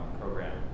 program